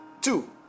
Two